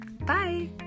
Bye